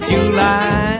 July